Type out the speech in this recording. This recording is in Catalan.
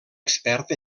expert